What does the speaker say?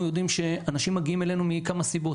או המדרון החלקלק שלהם הוא יותר מצומצם מרעיון ועדות הקבלה,